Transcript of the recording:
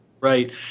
Right